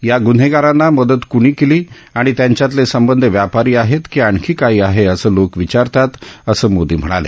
या ग्न्हेगारांना मदत क्णी केली आणि त्यांच्यातले संबंध व्यापारी आहेत की आणखी काही आहे असं लोक विचारतात असं मोदी म्हणाले